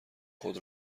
خود